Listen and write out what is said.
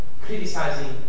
criticizing